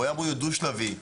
הוא היה דו שלבי,